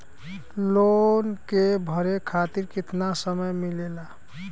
Loan के भरे खातिर कितना समय मिलेला?